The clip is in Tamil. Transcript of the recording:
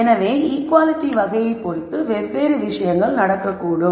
எனவே ஈக்குவாலிட்டி வகையை பொறுத்து வெவ்வேறு விஷயங்கள் நடக்கக்கூடும்